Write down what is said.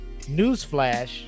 Newsflash